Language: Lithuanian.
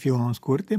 filmams kurti